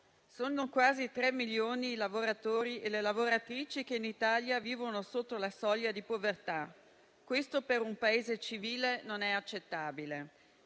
Sono quasi 3 milioni i lavoratori e le lavoratrici che in Italia vivono sotto la soglia di povertà. Questo per un Paese civile non è accettabile.